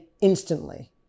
instantly